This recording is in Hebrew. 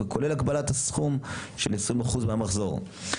וכלה בהגבלת הסכום עד 20% מהמחזור.